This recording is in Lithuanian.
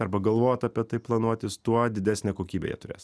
net arba galvot apie tai planuotis tuo didesnę kokybę jie turės